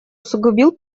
усугубил